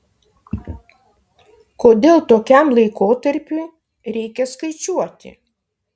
kodėl tokiam laikotarpiui reikia skaičiuoti